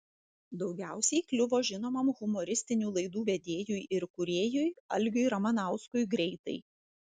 daugiausiai kliuvo žinomam humoristinių laidų vedėjui ir kūrėjui algiui ramanauskui greitai